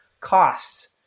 costs